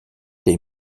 est